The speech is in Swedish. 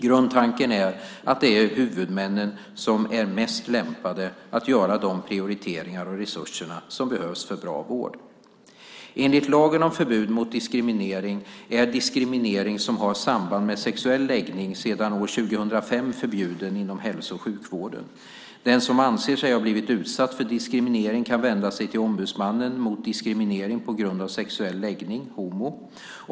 Grundtanken är att det är huvudmännen som är mest lämpade att göra de prioriteringar av resurserna som behövs för en bra vård. Enligt lagen om förbud mot diskriminering är diskriminering som har samband med sexuell läggning sedan år 2005 förbjuden inom hälso och sjukvården. Den som anser sig ha blivit utsatt för diskriminering kan vända sig till Ombudsmannen mot diskriminering på grund av sexuell läggning, HomO.